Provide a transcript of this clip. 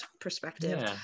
perspective